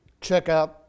checkout